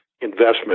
investment